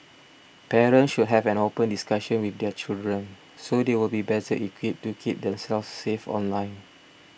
parents should have an open discussion with their children so they will be better equipped to keep themselves safe online